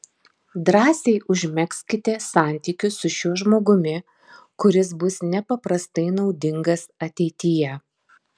drąsiai užmegzkite santykius su šiuo žmogumi kuris bus nepaprastai naudingas ateityje